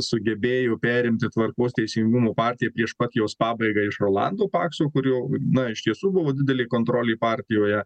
sugebėjo perimti tvarkos teisingumo partiją prieš pat jos pabaigą iš rolando pakso kurio na iš tiesų buvo didelė kontrolė partijoje